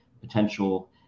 potential